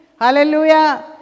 Hallelujah